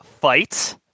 fight